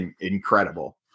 incredible